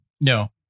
No